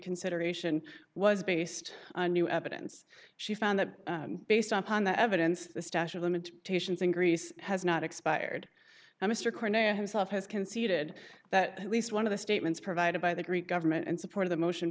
reconsideration was based on new evidence she found that based on that evidence the stash of limitations in greece has not expired and mr cornell himself has conceded that at least one of the statements provided by the greek government in support of the motion